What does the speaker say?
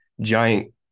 giant